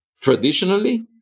traditionally